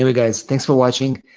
ah guys, thanks for watching.